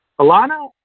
Alana